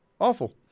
awful